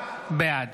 בעד